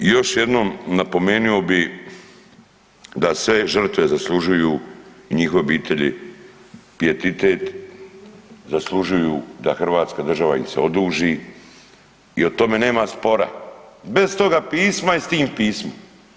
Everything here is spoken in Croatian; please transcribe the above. I još jednom napomenuo bih da sve žrtve zaslužuju i njihove obitelji pijetet, zaslužuju da Hrvatska država im se oduži i o tome nema spora bez toga pisma i s tim pismom.